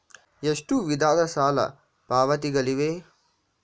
ಎಷ್ಟು ವಿಧದ ಸಾಲ ಪಾವತಿಗಳಿವೆ?